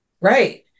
Right